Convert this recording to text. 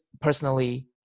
personally